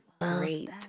great